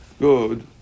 Good